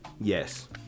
Yes